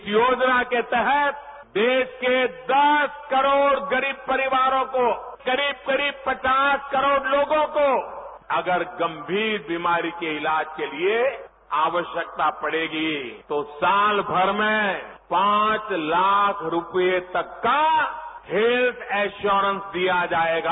इस योजना के तहत देरा के दस करोड़ गरीब परिवारों को करीब करीब पचास करोड़ लोगों को अगर गंभीर बीमारी के इलाज के लिए आवश्यकता पड़ेगी तो सालभर में पांच लाख रूपये तक का हेल्थ इंश्योरेंश दिया जाएगा